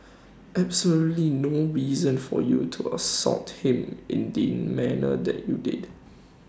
absolutely no reason for you to assault him in the manner that you did